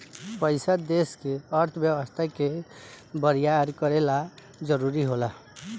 पइसा देश के अर्थव्यवस्था के बरियार करे ला जरुरी होला